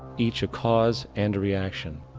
each a cause and a reaction,